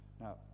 Now